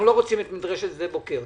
אנחנו לא רוצים את מדרשת שדה בוקר.